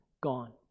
gone